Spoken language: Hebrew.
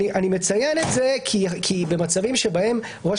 אני מציין את זה כי במצבים שבהם ראש